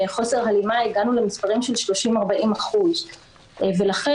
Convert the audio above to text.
הגענו למספרים של 40%-30% של חוסר הלימה ולכן